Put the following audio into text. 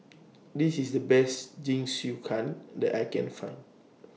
This IS The Best Jingisukan that I Can Find